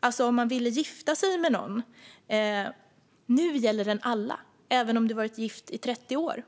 alltså om man ville gifta sig men någon. Nu gäller den alla, även om man varit gift i 30 år.